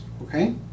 okay